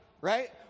Right